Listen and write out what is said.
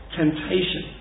temptation